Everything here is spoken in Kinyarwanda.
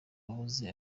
wahoze